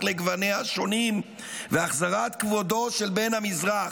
לגווניה השונים והחזרת כבודו של בן המזרח.